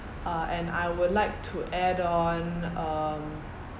uh and I would like to add on um